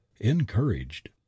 encouraged